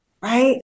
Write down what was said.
right